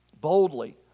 boldly